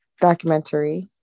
documentary